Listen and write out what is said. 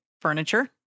furniture